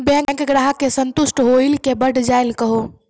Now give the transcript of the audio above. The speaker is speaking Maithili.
बैंक ग्राहक के संतुष्ट होयिल के बढ़ जायल कहो?